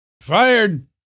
fired